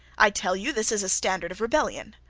i tell you, this is a standard of rebellion.